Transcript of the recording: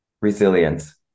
Resilience